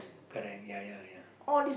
correct ya ya ya